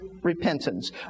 repentance